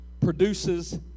produces